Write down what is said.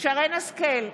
שרן השכל,